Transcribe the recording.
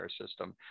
system